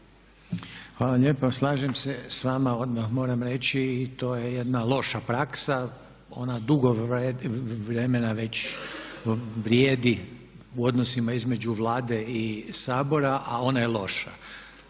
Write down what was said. Hvala lijepo. Slažem se s vama odmah moram reći i to je jedna loša praksa, ona dugo vremena već vrijedi u odnosima između Vlade i Sabora a ona je loša.